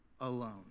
alone